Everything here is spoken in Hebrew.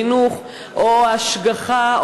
חינוך או השגחה,